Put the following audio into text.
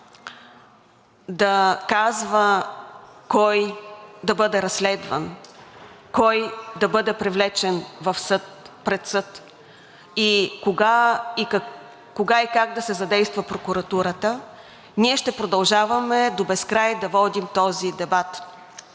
да казва кой да бъде разследван, кой да бъде привлечен пред съд, кога и как да се задейства прокуратура, ние ще продължаваме до безкрай да водим този дебат.